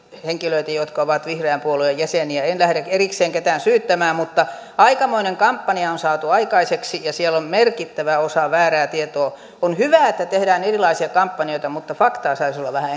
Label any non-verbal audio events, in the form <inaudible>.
henkilöitä jotka ovat vihreän puolueen jäseniä en lähde erikseen ketään syyttämään mutta aikamoinen kampanja on saatu aikaiseksi ja siellä on merkittävä osa väärää tietoa on hyvä että tehdään erilaisia kampanjoita mutta faktaa saisi olla vähän <unintelligible>